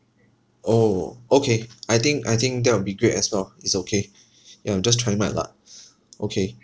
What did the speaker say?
orh okay I think I think that will be great as well it's okay ya I'm just trying my luck okay